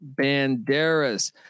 Banderas